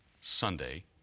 Sunday